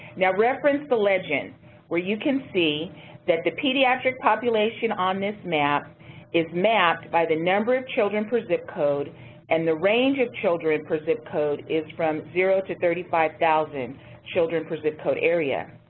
now reference the legend where you can see that the pediatric population on this map is mapped by the number of children per zip code and the range of children per zip code is from zero to thirty five thousand children per zip code area.